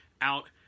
out